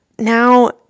Now